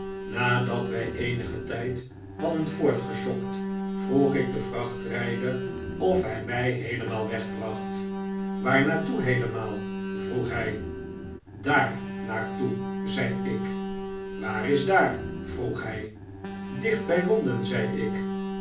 nadat wij eenigen tijd hadden voortgesjokt r vroeg ik den vrachtrijder of hij mij heelemaal wegbracht waar naar toe heelemaal vroeg hij daar naar toe zei ik waar is daar vroeg hij dicht bij londen zei ik